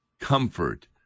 comfort